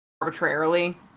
arbitrarily